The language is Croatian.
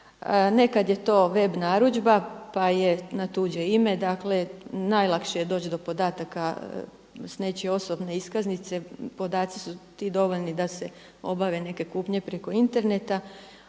Nekad je to web narudžba pa je na tuđe ime. Dakle, najlakše je doći do podataka sa nečije osobne iskaznice. Podaci su ti dovoljni da se obave neke kupnje preko interneta.